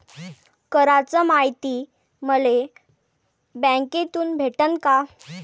कराच मायती मले बँकेतून भेटन का?